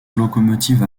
locomotives